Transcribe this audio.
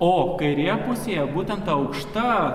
o kairėje pusėje būtent ta aukšta